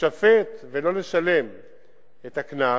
להישפט ולא לשלם את הקנס,